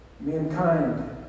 mankind